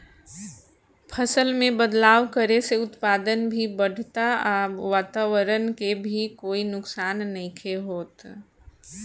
फसल में बदलाव करे से उत्पादन भी बढ़ता आ वातवरण के भी कोई नुकसान नइखे होत